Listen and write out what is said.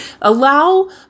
Allow